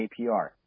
APR